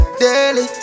daily